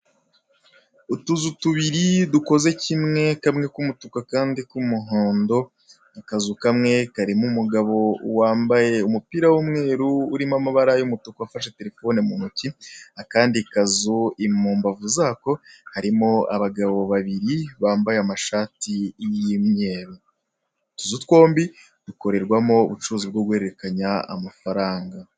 Utuzu tubiri dukoze kimwe kamwe k'umutuku akandi k'umuhondo, akazu kamwe karimo umugabo wambaye umupira w'umweru urimo amabara y'umutuku afashe terefone mu ntoki, akandi kazu imumbavu zako harimo abagabo babiri bambaye amashati y'imyeru. Utuzu twombi, dukorerwamo ubucuruzi bwo guhererekanya amafaranga.